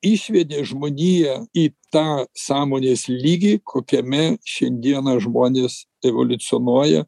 išvedė žmoniją į tą sąmonės lygį kokiame šiandieną žmonės evoliucionuoja